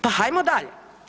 Pa hajmo dalje.